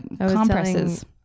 compresses